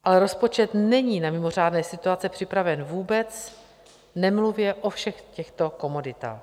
Ale rozpočet není na mimořádné situace připraven vůbec, nemluvě o všech těchto komoditách.